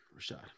Rashad